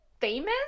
famous